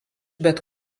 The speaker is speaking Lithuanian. bet